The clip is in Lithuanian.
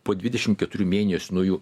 po dvidešimt keturių mėnesių nuo jų